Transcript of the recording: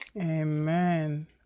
Amen